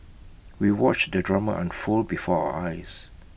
we watched the drama unfold before our eyes